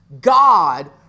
God